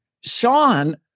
Sean